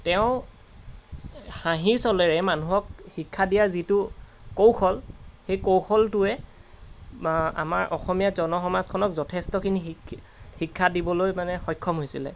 তেওঁ হাঁহিৰ চলেৰে মানুহক শিক্ষা দিয়াৰ যিটো কৌশল সেই কৌশলটোৱে আমাৰ অসমীয়া জনসমাজখনক যথেষ্টখিনি শিক্ষা দিবলৈ মানে সক্ষম হৈছিলে